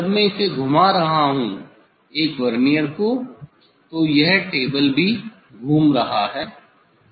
जब मैं इस घुमा रहा हूं एक वर्नियर को तो यह टेबल भी घूम रहा है